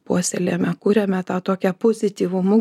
puoselėjome kūrėme tą tokią pozityvumu